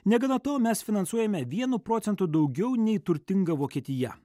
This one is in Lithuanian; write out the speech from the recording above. negana to mes finansuojame vienu procentu daugiau nei turtinga vokietija